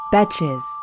Betches